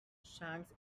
shanks